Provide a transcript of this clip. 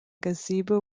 gazebo